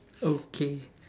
okay